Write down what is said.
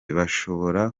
bashobora